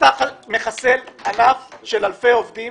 אתה מחסל ענף של אלפי עובדים